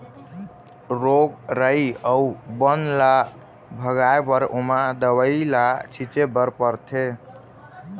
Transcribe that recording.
रोग राई अउ बन ल भगाए बर ओमा दवई ल छिंचे बर परथे